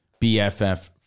BFF